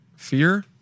Fear